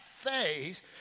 Faith